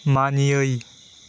मानियै